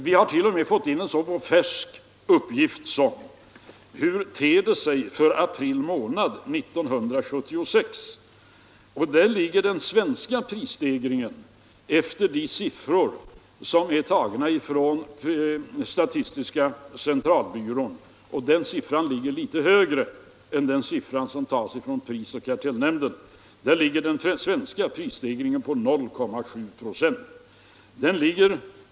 Vi har fått en så färsk uppgift som för april månad 1976. Enligt statistiska centralbyråns siffror, som är litet högre än prisoch kartellnämndens, ligger den svenska prisstegringen på 0,7 96 i april månad.